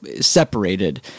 separated